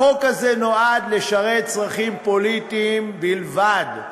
החוק הזה נועד לשרת צרכים פוליטיים בלבד.